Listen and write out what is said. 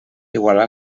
igualar